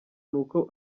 n’uko